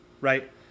Right